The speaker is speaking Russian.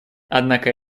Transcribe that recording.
однако